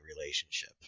relationship